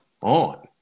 on